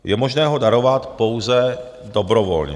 Je možné ho darovat pouze dobrovolně.